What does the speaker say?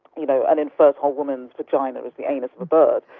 you know an infertile woman's vagina is the anus of a bird,